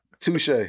Touche